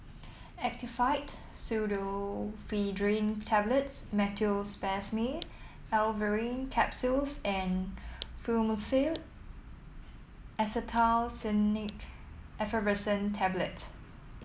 Actifed Pseudoephedrine Tablets Meteospasmyl Alverine Capsules and Fluimucil Acetylcysteine Effervescent Tablets